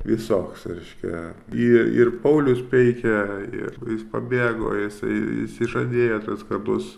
visoks reiškia į ir paulius peikia ir jis pabėgo jisai išsižadėjo tas skardus